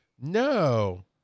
No